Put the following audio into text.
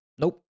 Nope